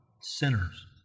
sinners